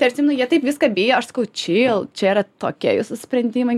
tai atsimenu jie taip viską bijo aš sakau čyl čia yra tokie jūsų sprendimai